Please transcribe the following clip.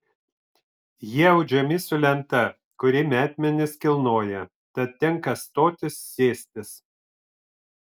jie audžiami su lenta kuri metmenis kilnoja tad tenka stotis sėstis